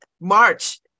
March